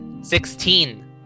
Sixteen